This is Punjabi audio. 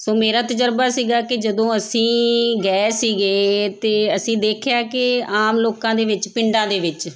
ਸੋ ਮੇਰਾ ਤਜ਼ਰਬਾ ਸੀਗਾ ਕਿ ਜਦੋਂ ਅਸੀਂ ਗਏ ਸੀਗੇ ਅਤੇ ਅਸੀਂ ਦੇਖਿਆ ਕਿ ਆਮ ਲੋਕਾਂ ਦੇ ਵਿੱਚ ਪਿੰਡਾਂ ਦੇ ਵਿੱਚ